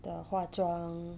the 化妆